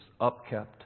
upkept